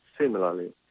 similarly